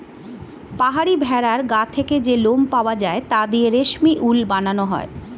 পাহাড়ি ভেড়ার গা থেকে যে লোম পাওয়া যায় তা দিয়ে রেশমি উল বানানো হয়